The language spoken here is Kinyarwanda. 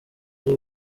ari